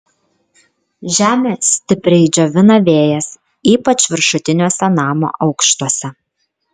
žemę stipriai džiovina vėjas ypač viršutiniuose namo aukštuose